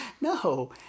no